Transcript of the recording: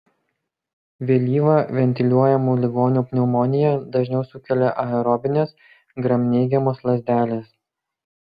vėlyvą ventiliuojamų ligonių pneumoniją dažniau sukelia aerobinės gramneigiamos lazdelės